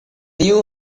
new